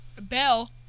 Bell